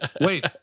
Wait